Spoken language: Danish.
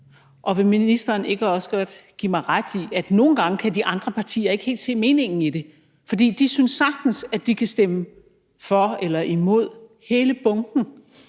Og vil ministeren ikke også godt give mig ret i, at nogle gange kan de andre partier ikke helt se meningen i det? For de synes, at de sagtens kan stemme for eller imod hele bunken